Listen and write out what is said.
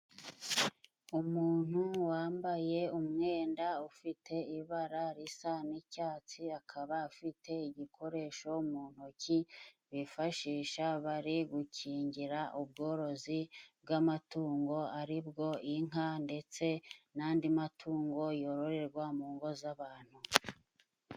Umuntu wambaye umwenda ufite ibara risa n'icyatsi, akaba afite igikoresho mu ntoki bifashisha bari gukingira ubworozi bw'amatungo, ari bwo inka ndetse n'andi matungo yororerwa mu ngo z'abantu.